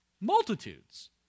Multitudes